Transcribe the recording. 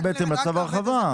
זה בעצם צו ההרחבה.